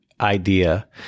idea